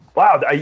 Wow